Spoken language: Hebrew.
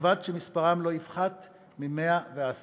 ובלבד שמספרם לא יפחת מ-110.